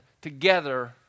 together